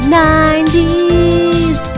90s